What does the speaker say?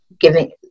giving